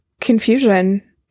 Confusion